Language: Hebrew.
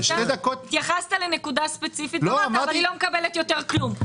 התייחסת לנקודה ספציפית ואני לא מקבלת יותר כלום.